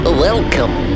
welcome